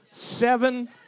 Seven